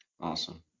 Awesome